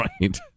Right